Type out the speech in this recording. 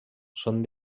són